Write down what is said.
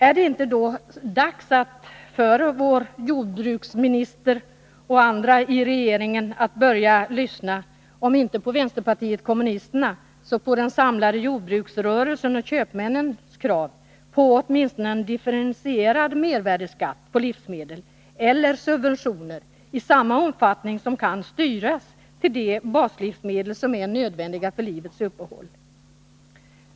Är det inte dags för vår jordbruksminister och andra i regeringen att börja lyssna, om inte på vänsterpartiet kommunisterna så på den samlade jordbruksrörelsen och köpmännens krav på åtminstone en differentierad mervärdeskatt på livsmedel eller subventioner i samma omfattning som kan styras till de baslivsmedel som är nödvändiga för livets uppehälle?